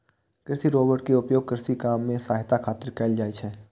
कृषि रोबोट के उपयोग कृषि काम मे सहायता खातिर कैल जाइ छै